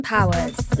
Powers